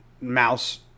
mouse